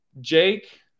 Jake